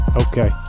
okay